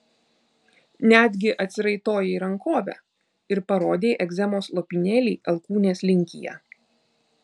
netgi atsiraitojai rankovę ir parodei egzemos lopinėlį alkūnės linkyje